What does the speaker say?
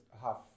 half